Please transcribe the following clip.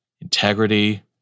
Integrity